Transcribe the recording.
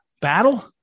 battle